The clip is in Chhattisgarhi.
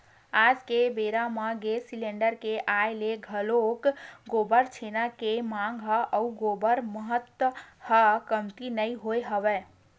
आज के बेरा म गेंस सिलेंडर के आय ले घलोक गोबर छेना के मांग ह अउ ओखर महत्ता ह कमती नइ होय हवय